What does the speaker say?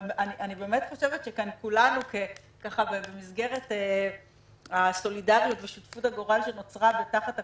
אבל כאן כולנו במסגרת הסולידריות ושותפות הגורל שנוצרה תחת הקורונה,